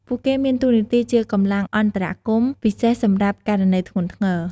ពួកគេមានតួនាទីជាកម្លាំងអន្តរាគមន៍ពិសេសសម្រាប់ករណីធ្ងន់ធ្ងរ។